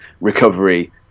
recovery